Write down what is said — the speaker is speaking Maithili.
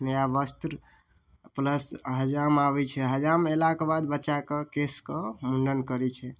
नया वस्त्र प्लस हजाम आबै छै हजाम अयलाके बाद बच्चाके केशके मुण्डन करै छै